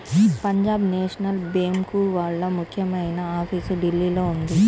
Punjab National Bank వాళ్ళ ముఖ్యమైన office ఢిల్లీలో ఉంది